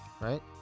right